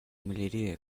малярия